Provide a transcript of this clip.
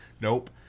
Nope